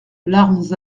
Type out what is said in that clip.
larmes